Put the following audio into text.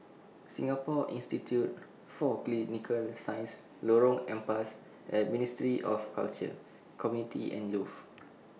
Singapore Institute For Clinical Sciences Lorong Ampas and Ministry of Culture Community and Youth